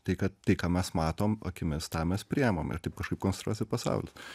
tai kad tai ką mes matom akimis tą mes priimam ir taip kažkaip konstruojasi pasaulis